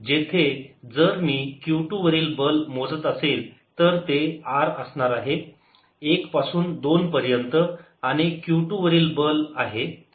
जेथे जर मी Q 2 वरील बल मोजत असेल तर ते r असणार आहे 1 पासून 2 पर्यंत आणि हे Q 2 वरील बल आहे